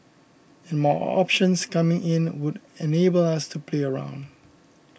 and more options coming in would enable us to play around